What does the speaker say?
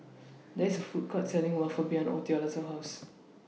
There IS A Food Court Selling Waffle behind Ottilia's House